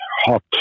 hot